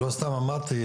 שאמרתי,